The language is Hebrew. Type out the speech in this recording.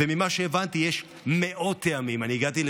וממה שהבנתי יש מאות טעמים.